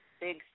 big